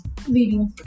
video